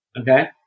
Okay